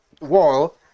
wall